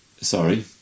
Sorry